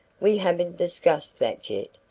we haven't discussed that yet,